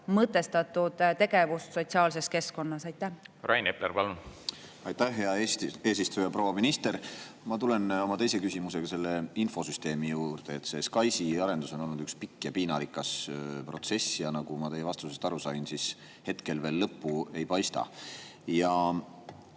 mõtestatud tegevust sotsiaalses keskkonnas. Rain Epler, palun! Aitäh, hea eesistuja! Proua minister! Ma tulen oma teise küsimusega selle infosüsteemi juurde. [Infosüsteemi] SKAIS arendus on olnud üks pikk ja piinarikas protsess. Ja nagu ma teie vastusest aru sain, siis hetkel veel lõppu ei paista. Ma